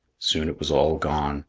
soon it was all gone,